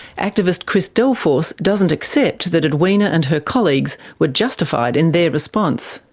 activist chris delforce doesn't accept that edwina and her colleagues were justified in their response.